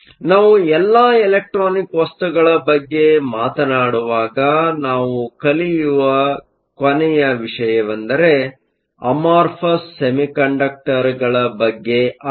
ನಾವು ಎಲೆಕ್ಟ್ರಾನಿಕ್ ವಸ್ತುಗಳ ಬಗ್ಗೆ ಮಾತನಾಡುವಾಗ ನಾನು ಕಲಿಯು ಕೊನೆಯ ವಿಷಯವೆಂದರೆ ಅಮರ್ಫಸ್ ಸೆಮಿಕಂಡಕ್ಟರ್ಗಳ ಬಗ್ಗೆ ಆಗಿದೆ